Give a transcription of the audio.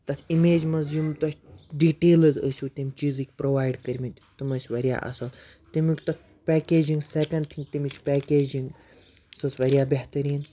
تَتھ اِمیجہِ منٛز یِم تۄہہِ ڈیٖٹیلٕز ٲسۍوُ تمہِ جیٖزٕکۍ پرٛووایڈ کٔرۍمٕتۍ تم ٲسۍ واریاہ اَصٕل تمیُک تَتھ پیکیجِنٛگ سٮ۪کٮ۪نٛڈ تھِنٛگ تمِچ پیکیجِنٛگ سُہ ٲس واریاہ بہتریٖن